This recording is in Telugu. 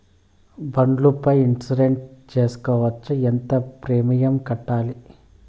బండ్ల పై ఇన్సూరెన్సు సేసుకోవచ్చా? ఎంత ప్రీమియం కట్టాలి?